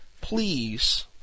please